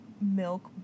milk